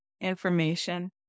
information